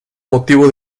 motivo